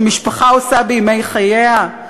שמשפחה עושה בימי חייה,